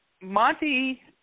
Monty